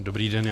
Dobrý den.